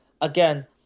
again